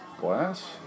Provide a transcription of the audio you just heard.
glass